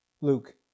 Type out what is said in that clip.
Luke